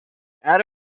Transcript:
out